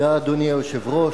אדוני היושב-ראש,